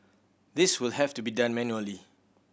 this will have to be done manually